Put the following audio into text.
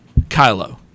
Kylo